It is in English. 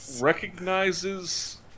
recognizes